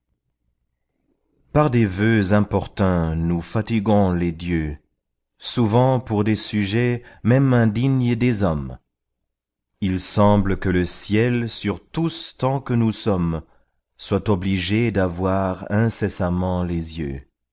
par des vœux importuns nous fatiguons les dieux souvent pour des sujets même indignes des hommes il semble que le ciel sur tous tant que nous sommes soit obligé d'avoir incessamment les yeux